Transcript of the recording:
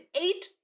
eight